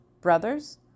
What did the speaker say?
brothers